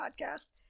podcast